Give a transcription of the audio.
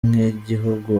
nk’igihugu